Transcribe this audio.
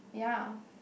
yeah